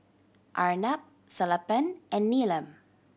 Arnab Sellapan and Neelam